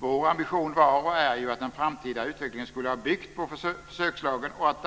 Vår ambition var och är ju att den framtida utvecklingen skulle ha byggt på försökslagen och att